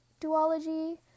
duology